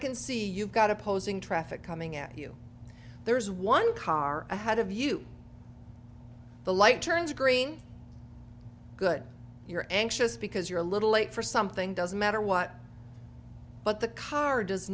can see you've got opposing traffic coming at you there's one car ahead of you the light turns green good you're anxious because you're a little late for something doesn't matter what but the car does